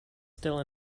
still